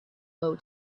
low